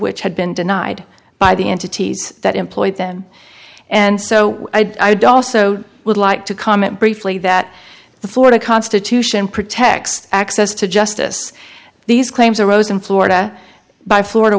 which had been denied by the entities that employed them and so i don't so i would like to comment briefly that the florida constitution protects access to justice these claims arose in florida by florida